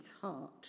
heart